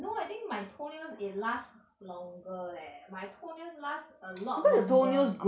no I think my toenails it lasts longer leh my toenails last a lot longer